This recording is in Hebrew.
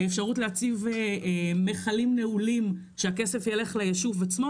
האפשרות להציב מכלים נעולים שהכסף ילך ליישוב עצמו.